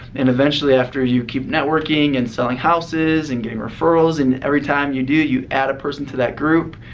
and eventually, after you keep networking and selling houses and getting referrals, and every time you do, you add a person to that group,